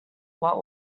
what